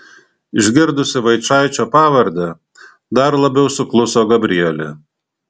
išgirdusi vaičaičio pavardę dar labiau sukluso gabrielė